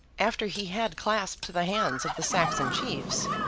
after he had clasped the hands of the saxon chiefs,